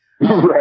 Right